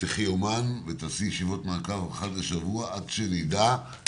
תפתחי יומן ותעשי ישיבות מעקב אחת לשבוע, עד שנדע.